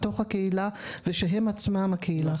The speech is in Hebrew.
מתוך הקהילה ושהם עצמם הקהילה.